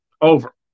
Over